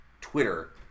Twitter